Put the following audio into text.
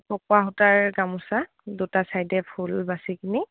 পকুৱ সূতাৰ গামোচা দুটা ছাইডে ফুল বাচি কিনি